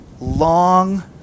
long